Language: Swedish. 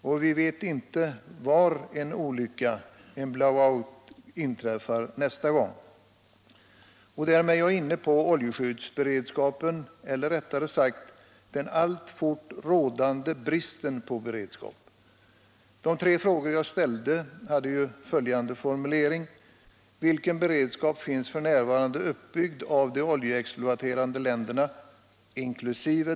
Och vi vet inte var en olycka, en ”blow out” inträffar nästa gång. Därmed är jag inne på oljeskyddsberedskapen eller rättare sagt den alltfort rådande bristen på beredskap. Jag ställde tre frågor till statsrådet. Den första frågan löd: ”Vilken beredskap finns f.n. uppbyggd av de oljeexploaterande länderna — inkl.